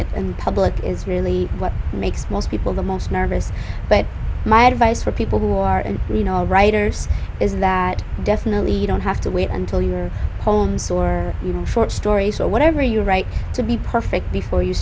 it in public is really what makes most people the most nervous but my advice for people who are in you know writers is that definitely you don't have to wait until you're home sore or you know for stories or whatever you write to be perfect before you